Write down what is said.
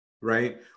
Right